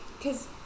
cause